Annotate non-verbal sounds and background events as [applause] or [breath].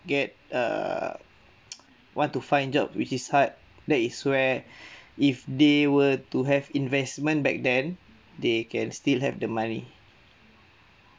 get err [noise] want to find job which is hard that is where [breath] if they were to have investment back then they can still have the money